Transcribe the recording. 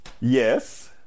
Yes